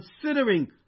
considering